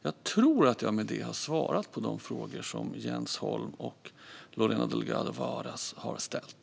Jag tror att jag därmed har svarat på de frågor som Jens Holm och Lorena Delgado Varas har ställt.